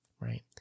right